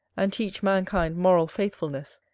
and teach mankind moral faithfulness,